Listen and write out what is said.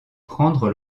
prendre